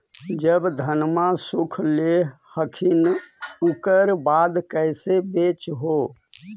जब धनमा सुख ले हखिन उकर बाद कैसे बेच हो?